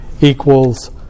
equals